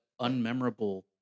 unmemorable